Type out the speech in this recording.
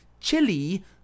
chili